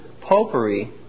popery